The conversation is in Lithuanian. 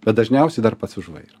bet dažniausiai dar pats už vairo